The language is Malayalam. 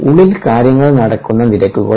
ഉള്ളിൽ കാര്യങ്ങൾ നടക്കുന്ന നിരക്കുകൾ